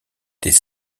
des